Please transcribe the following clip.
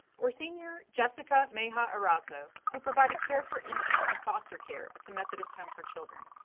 or senior jessica meja-erazzo, who provided care for infants in foster care at the methodist home for children.